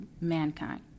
mankind